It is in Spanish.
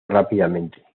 rápidamente